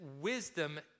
wisdom